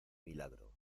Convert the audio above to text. milagro